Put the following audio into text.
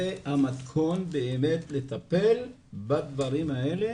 אכיפה-זה המתכון האמיתי לטיפול בדברים האלה